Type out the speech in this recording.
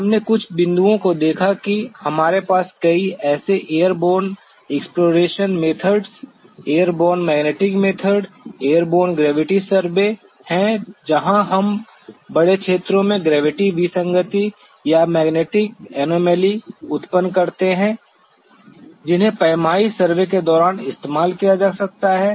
हमने कुछ बिंदुओं को देखा कि हमारे पास कई ऐसे airborne exploration methods airborne magnetic method airborne gravity survey हैं जहां हम बड़े क्षेत्रों में ग्रेविटी विसंगति या मैग्नेटिक एनोमली उत्पन्न करते हैं जिन्हें पैमाइश सर्वे के दौरान इस्तेमाल किया जा सकता है